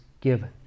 given